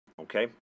Okay